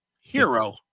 Hero